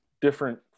different